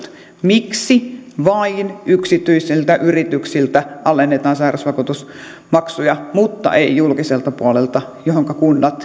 miksi vain yksityisiltä yrityksiltä alennetaan sairausvakuutusmaksuja mutta ei julkiselta puolelta jolloinka kunnat